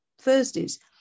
Thursdays